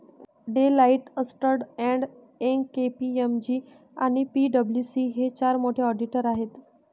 Deloitte, अस्न्टर and Young, KPMG आणि पी.डब्ल्यू.सी हे चार मोठे ऑडिटर आहेत